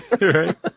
Right